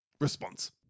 Response